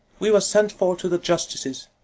we were sent for to the justices.